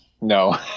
no